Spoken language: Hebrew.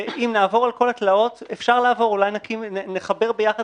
ואם נעבור על כל התלאות אולי נחבר ביחד